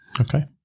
Okay